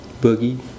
boogie